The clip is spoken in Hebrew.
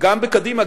גם בקדימה,